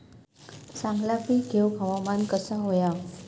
चांगला पीक येऊक हवामान कसा होया?